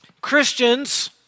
Christians